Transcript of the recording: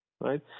right